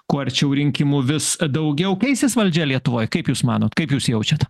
kuo arčiau rinkimų vis daugiau keisis valdžia lietuvoj kaip jūs manot kaip jūs jaučiat